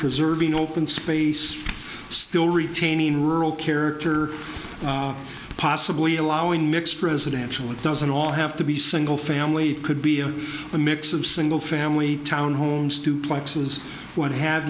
preserving open space still retaining rural character possibly allowing mixed presidential it doesn't all have to be single family could be a mix of single family homes duplexes what have